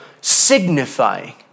signifying